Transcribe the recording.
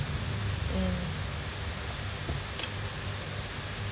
mm